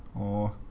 oh